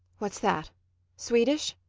what's that swedish?